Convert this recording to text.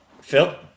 Phil